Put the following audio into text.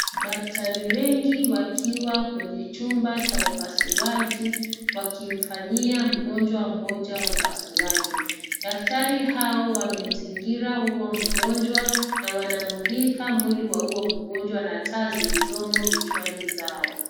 Daktari wengi wakiwa kwenye chumba cha upasuaji wakimfanyia mgonjwa mmoja upasuaji. Daktari hao wamemzingira huo mgonjwa na wanamulika mwili wa huo mgonjwa na taa zilizomo vichwani zao.